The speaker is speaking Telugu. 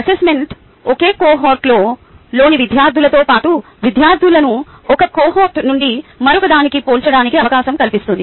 అసెస్మెంట్ ఒకే కోహోర్ట్లోని విద్యార్థులతో పాటు విద్యార్థులను ఒక కోహోర్ట్ నుండి మరొకదానికి పోల్చడానికి అవకాశం కల్పిస్తుంది